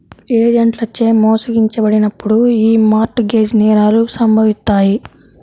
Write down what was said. ఏజెంట్లచే మోసగించబడినప్పుడు యీ మార్ట్ గేజ్ నేరాలు సంభవిత్తాయి